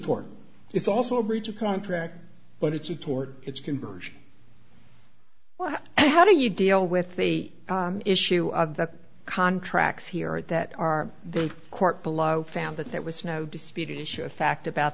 tort it's also a breach of contract but it's a tort it's conversion well how do you deal with the issue of the contracts here that are the court below found that there was no disputed issue of fact about